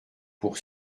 pour